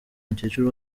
mukecuru